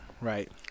Right